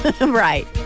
Right